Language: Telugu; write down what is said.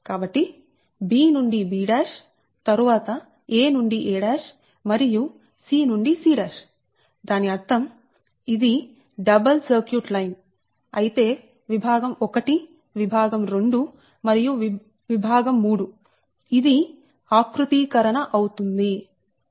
కాబట్టి b నుండి b తరువాత a నుండి a మరియు c నుండి c దాని అర్థం ఇది డబల్ సర్క్యూట్ లైన్ అయితే విభాగం1 విభాగం 2 మరియు విభాగం 3 ఇది ఆకృతీకరణ అవుతుంది